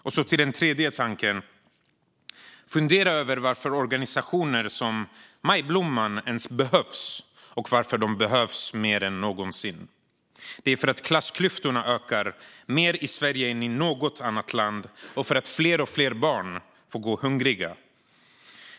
Och den tredje tanken: Fundera över varför organisationer som Majblomman behövs mer än någonsin! Det är för att klassklyftorna ökar mer i Sverige än i något annat land och för att fler och fler barn går hungriga.